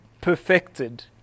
perfected